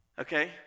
Okay